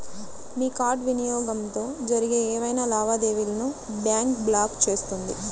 మీ card వినియోగంతో జరిగే ఏవైనా లావాదేవీలను బ్యాంక్ బ్లాక్ చేస్తుంది